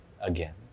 again